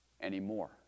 anymore